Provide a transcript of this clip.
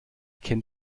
kennt